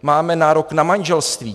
Máme nárok na manželství.